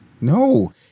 No